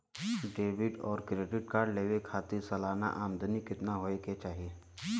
Debit और credit card लेवे के खातिर सलाना आमदनी कितना हो ये के चाही?